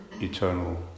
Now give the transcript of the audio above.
eternal